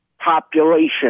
population